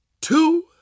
two